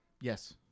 Yes